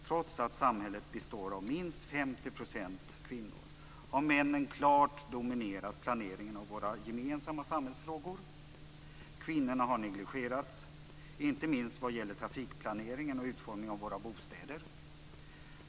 Trots att samhället består av minst 50 % kvinnor har männen klart dominerat planeringen av våra gemensamma samhällsfrågor. Kvinnorna har negligerats, inte minst vad gäller trafikplaneringen och utformningen av våra bostäder.